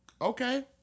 Okay